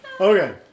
Okay